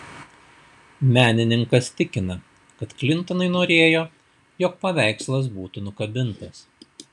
menininkas tikina kad klintonai norėjo jog paveikslas būtų nukabintas